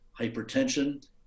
hypertension